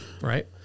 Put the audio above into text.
right